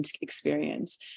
experience